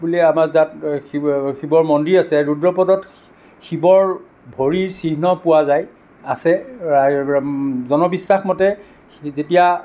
বুলিয়ে আমাৰ যাত শিৱ শিৱৰ মন্দিৰ আছে ৰূদ্ৰপদত শিৱৰ ভৰিৰ চিহ্ন পোৱা যায় আছে জনবিশ্বাস মতে যেতিয়া